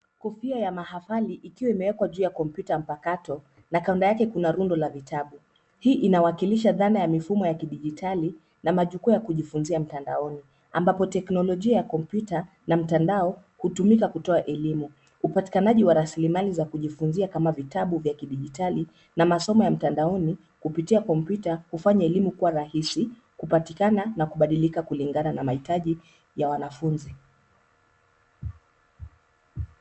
Kofia ya mahafali ikiwa imewekwa juu ya kompyuta mpakato, na kaunda yake kuna rundo la vitabu. Hii inawakilisha dhana ya mifumo ya kidijitali, na majukwaa ya kujifunzia mtandaoni, ambapo teknolojia ya kompyuta, na mtandao, hutumika kutoa elimu. Upatikanaji wa rasilimali za kujifunzia kama vitabu vya kidijitali, na masomo ya mtandaoni, kupitia kompyuta, hufanya elimu kuwa rahisi kupatikana na kubadilika kulingana na mahitaji, ya wanafunzi.